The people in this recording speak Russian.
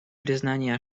признание